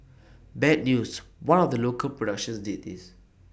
bad news one of the local productions did this